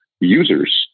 users